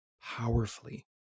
powerfully